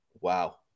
wow